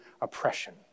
oppression